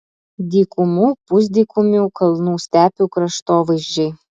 dykumų pusdykumių kalnų stepių kraštovaizdžiai